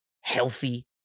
healthy